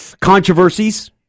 controversies